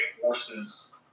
forces